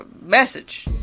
message